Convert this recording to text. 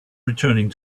returning